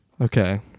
Okay